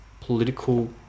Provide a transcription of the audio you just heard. political